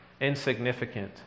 insignificant